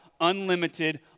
unlimited